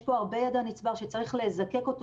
יש פה הרבה ידע נצבר שצריך לזקק אותו